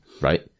right